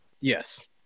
Yes